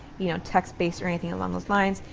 you know, text based or anything along those lines.